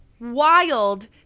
wild